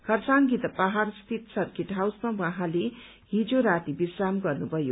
खरसाङ गिद्ध पहाड़ स्थित सर्किट आउसमा उहाँले हिज राती विश्राम गर्नुभयो